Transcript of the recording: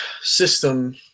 system